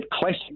classic